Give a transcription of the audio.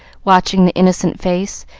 watching the innocent face,